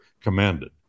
commanded